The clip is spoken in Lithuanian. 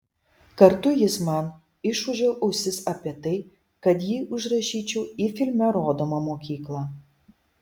kartu jis man išūžė ausis apie tai kad jį užrašyčiau į filme rodomą mokyklą